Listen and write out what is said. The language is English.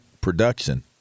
production